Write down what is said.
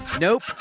Nope